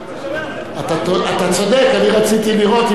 אתה צודק, אני רציתי לראות אם אני